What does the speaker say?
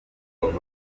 rayon